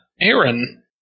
Aaron